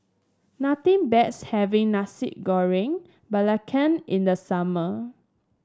nothing having Nasi Goreng Belacan in the summer